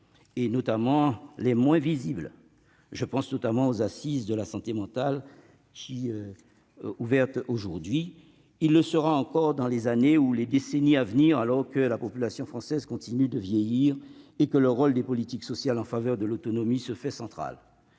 notamment les moins visibles. Je pense aux Assises de la santé mentale qui ont ouvert aujourd'hui. Il le sera encore dans les années et les décennies à venir, alors que la population française continue de vieillir et que le rôle des politiques sociales en faveur de l'autonomie devient central.